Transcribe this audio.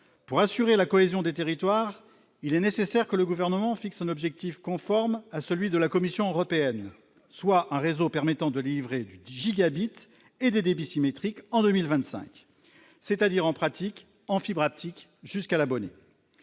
pour assurer la cohésion des territoires, il est nécessaire que le gouvernement fixe un objectif conforme à celui de la Commission européenne soit un réseau permettant de livrer du 10 gigabits et des débit symétrique en 2025, c'est-à-dire en pratique en fibres jusqu'à l'abonné,